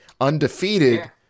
Undefeated